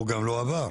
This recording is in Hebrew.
הוא גם לא עבר.